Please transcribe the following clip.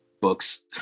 books